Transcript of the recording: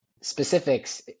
specifics